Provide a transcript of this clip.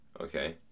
Okay